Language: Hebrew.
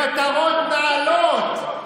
למטרות נעלות.